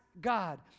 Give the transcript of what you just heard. God